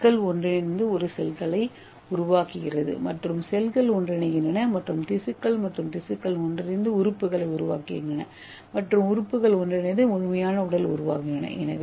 அணுக்கள் ஒன்றிணைந்து செல்களை உருவாக்குகின்றன மற்றும் செல்கள் ஒன்றிணைகின்றன மற்றும் திசுக்கள் மற்றும் திசுக்கள் ஒன்றிணைந்து உறுப்புகளை உருவாக்குகின்றன மற்றும் உறுப்புகள் ஒன்றிணைந்து முழுமையான உடல் உருவாகின்றன